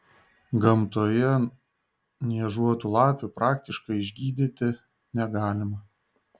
gamtoje niežuotų lapių praktiškai išgydyti negalima